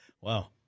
Wow